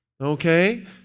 Okay